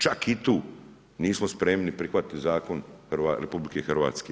Čak i tu nismo spremni prihvatiti zakon RH.